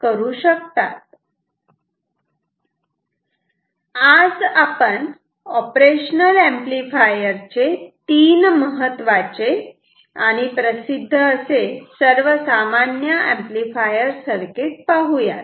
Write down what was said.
आज आपण operational amplifier चे तीन महत्त्वाचे प्रसिद्ध असे सर्वसामान्य ऍम्प्लिफायर सर्किट पाहुयात